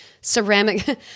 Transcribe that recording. ceramic